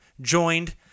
joined